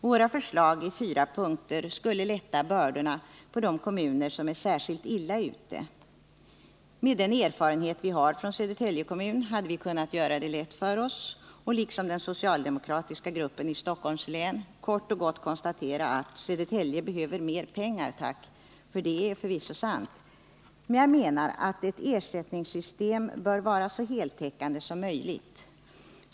Våra förslag i fyra punkter skulle lätta bördorna för de kommuner som är särskilt illa ute. Med den erfarenhet som vi har från Södertälje kommun hade vi kunnat göra det lätt för oss och liksom den socialdemokratiska gruppen i Stockholms län kort och gott konstatera att Södertälje behöver mer pengar, tack! Det är förvisso sant. Men jag menar att ett ersättningssystem bör vara så heltäckande som möjligt.